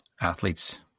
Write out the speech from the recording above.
athletes